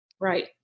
Right